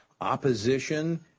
opposition